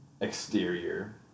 exterior